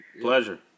Pleasure